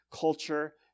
culture